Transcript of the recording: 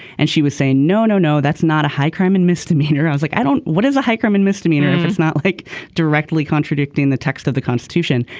and she was saying no no no that's not a high crime and misdemeanor. i was like i don't what is a high crime and misdemeanor if it's not like directly contradicting the text of the constitution.